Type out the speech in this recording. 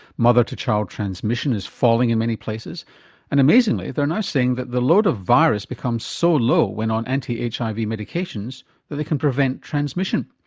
mother-to-child transmission is falling in many places and amazingly they are now saying that the load of virus becomes so low when on anti-hiv medications that they can prevent transmission.